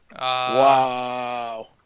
Wow